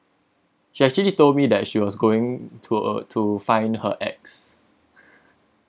she actually told me that she was going to uh to find her ex